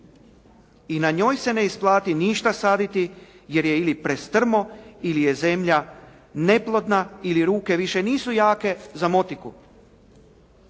I na njoj se ne isplati ništa saditi jer je ili prestrmo ili je zemlja neplodna ili ruke više nisu jake za motiku.